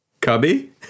Cubby